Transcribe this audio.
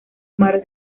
mar